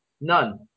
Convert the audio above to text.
None